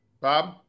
Bob